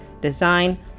design